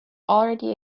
already